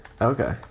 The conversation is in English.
Okay